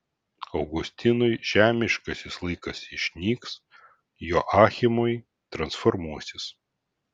augustinui žemiškas laikas išnyks joachimui transformuosis